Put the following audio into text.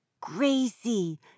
Gracie